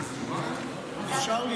לאישור?